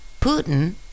Putin